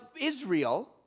Israel